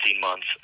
months